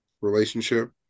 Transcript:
relationship